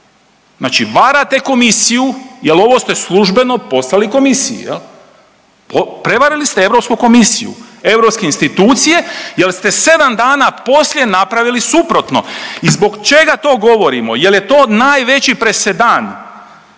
znači varate komisiju jel ovo ste službeno poslali komisiji jel, prevarili ste Europsku komisiju, europske institucije jel ste 7 dana poslije napravili suprotno i zbog čega to govorimo, jel je to najveći presedan,